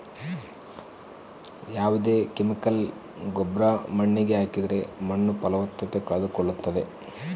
ಯಾವ್ದೇ ಕೆಮಿಕಲ್ ಗೊಬ್ರ ಮಣ್ಣಿಗೆ ಹಾಕಿದ್ರೆ ಮಣ್ಣು ಫಲವತ್ತತೆ ಕಳೆದುಕೊಳ್ಳುತ್ತದೆ